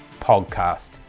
Podcast